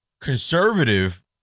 conservative